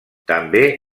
també